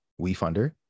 WeFunder